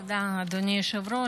תודה, אדוני היושב-ראש.